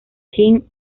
kim